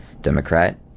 Democrat